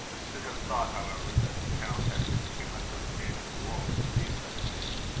i should have thought, however, that the count had been too much of a man of the world to believe such things.